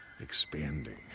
expanding